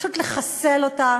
פשוט לחסל אותה.